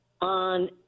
on